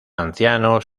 ancianos